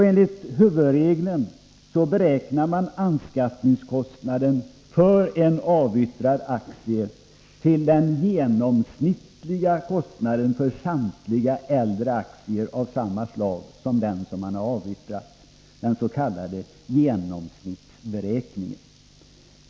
Enligt huvudregeln beräknar man anskaffningskostnaden för en avyttrad aktie till ett belopp motsvarande den genomsnittliga kostnaden för samtliga äldre aktier av samma slag som den man avyttrat — det är den s.k. genomsnittsberäkningen.